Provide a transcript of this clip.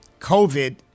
COVID